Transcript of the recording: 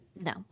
No